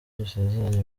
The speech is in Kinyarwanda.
dusezeranye